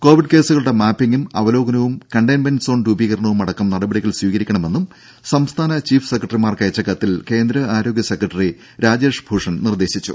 Covid കേസുകളുടെ മാപ്പിംഗും അവലോകനവും കണ്ടൈൻമെന്റ് സോൺ രൂപീകരണവും അടക്കം നടപടികൾ സ്വീകരിക്കണമെന്നും സംസ്ഥാന ചീഫ് സെക്രട്ടറിമാർക്ക് അയച്ച കത്തിൽ കേന്ദ്ര ആരോഗ്യ സെക്രട്ടറി രാജേഷ് ഭൂഷൺ നിർദേശിച്ചു